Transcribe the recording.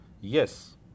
Yes